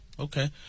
Okay